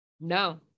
no